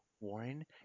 Warren